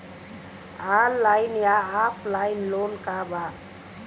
Online या offline loan का बा?